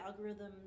algorithms